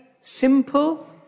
simple